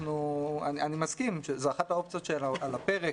אני מסכים שזאת אחת האופציות שעל הפרק.